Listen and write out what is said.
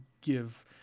give